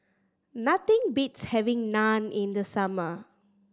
nothing beats having Naan in the summer